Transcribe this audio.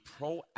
proactive